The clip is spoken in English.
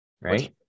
right